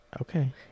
okay